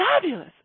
fabulous